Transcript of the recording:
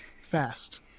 fast